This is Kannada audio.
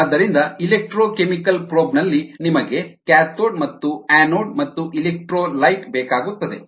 ಆದ್ದರಿಂದ ಎಲೆಕ್ಟ್ರೋ ಕೆಮಿಕಲ್ ಪ್ರೋಬ್ ನಲ್ಲಿ ನಿಮಗೆ ಕ್ಯಾಥೋಡ್ ಮತ್ತು ಆನೋಡ್ ಮತ್ತು ಎಲೆಕ್ಟ್ರೋಲೈಟ್ ಬೇಕಾಗುತ್ತದೆ